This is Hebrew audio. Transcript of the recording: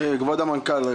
אדוני המנכ"ל,